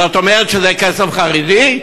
אז את אומרת שזה כסף חרדי?